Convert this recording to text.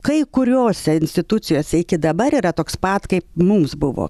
kai kuriose institucijose iki dabar yra toks pat kaip mums buvo